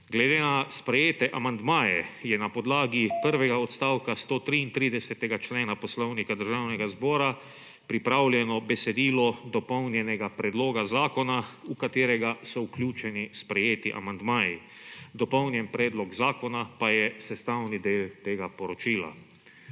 Glede na sprejete amandmaje je na podlagi prvega odstavka 133. člena Poslovnika Državnega zbora pripravljeno besedilo dopolnjenega predloga zakona, v katerega so vključeni sprejeti amandmaji. Dopolnjeni predlog zakona pa je sestavni del tega poročila.